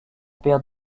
père